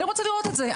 אני רוצה לראות את זה.